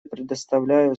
предоставляю